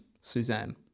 Suzanne